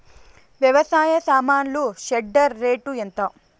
వ్యవసాయ సామాన్లు shredder rate ఎంత?